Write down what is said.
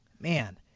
man